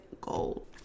gold